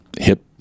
hip